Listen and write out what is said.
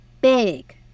big